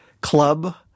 Club